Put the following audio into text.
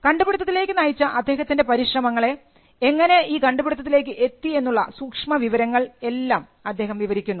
കണ്ടുപിടിത്തത്തിലേക്ക് നയിച്ച അദ്ദേഹത്തിൻറെ പരിശ്രമങ്ങളെ എങ്ങനെ ഈ കണ്ടുപിടിത്തത്തിലേക്ക് എത്തി എന്നുള്ള സൂക്ഷ്മ വിവരങ്ങൾ എല്ലാം അദ്ദേഹം വിവരിക്കുന്നു